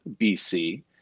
BC